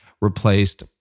replaced